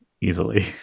easily